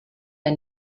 der